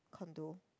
condo